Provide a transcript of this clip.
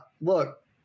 Look